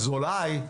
אז אולי,